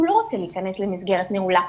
הוא לא רוצה להיכנס למסגרת נעולה,